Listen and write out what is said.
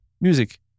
music